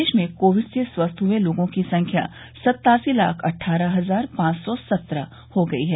देश में कोविड से स्वस्थ हए लोगों की संख्या सत्तासी लाख अट्ठारह हजार पांच सौ सत्रह हो गई है